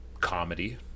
comedy